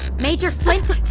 major flint,